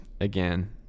again